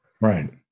Right